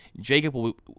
Jacob